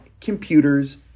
computers